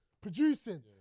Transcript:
producing